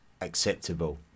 acceptable